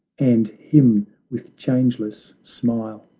and him with changeless smile!